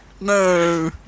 no